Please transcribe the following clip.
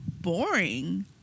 boring